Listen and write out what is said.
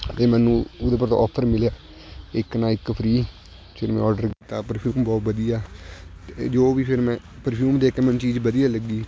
ਅਤੇ ਮੈਨੂੰ ਉਹਦੇ ਪਰ ਔਫਰ ਮਿਲਿਆ ਇੱਕ ਨਾਲ ਇੱਕ ਫਰੀ ਜਦੋਂ ਮੈਂ ਔਡਰ ਕੀਤਾ ਪਰਫਿਊਮ ਬਹੁਤ ਵਧੀਆ ਅਤੇ ਜੋ ਵੀ ਫਿਰ ਮੈਂ ਪਰਫਿਊਮ ਦੇਖ ਕੇ ਮੈਨੂੰ ਚੀਜ਼ ਵਧੀਆ ਲੱਗੀ